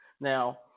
Now